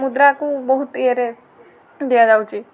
ମୁଦ୍ରାକୁ ବହୁତ ଇଏରେ ଦିଆଯାଉଛି